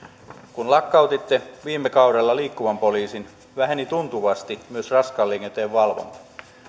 kun lakkautitte viime kaudella liikkuvan poliisin väheni tuntuvasti myös raskaan liikenteen valvonta